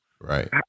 Right